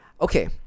Okay